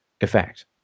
effect